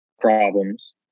problems